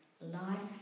life